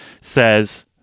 says